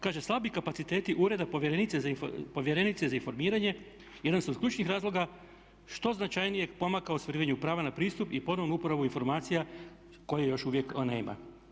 Kaže slabi kapaciteti ureda povjerenice za informiranje jedan su od ključnih razloga što značajnijeg pomaka u ostvarivanju prava na pristup i ponovnu uporabu informacija koje još uvijek ona nema.